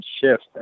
shift